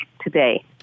today